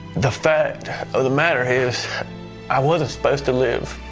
the fact of the matter is i wasn't supposed to live.